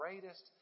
greatest